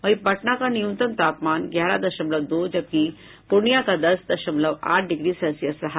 वहीं पटना का न्यूनतम तापमान ग्यारह दशमलव दो जबकि पूर्णिया का दस दशमलव आठ डिग्री सेल्सियस रहा